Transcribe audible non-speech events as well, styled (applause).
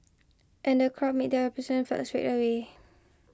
and the crowd made (unintelligible) felt straight away